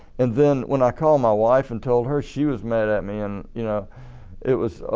and then when i called my wife and told her, she was mad at me and you know it was